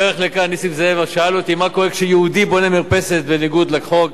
בדרך לכאן נסים זאב שאל אותי מה קורה כשיהודי בונה מרפסת בניגוד לחוק.